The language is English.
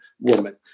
woman